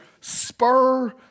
spur